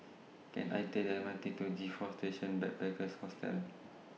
Can I Take The M R T to G four Station Backpackers Hostel